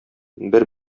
бер